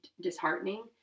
disheartening